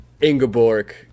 Ingeborg